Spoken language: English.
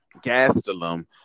Gastelum